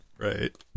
Right